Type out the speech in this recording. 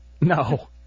No